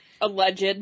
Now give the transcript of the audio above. Alleged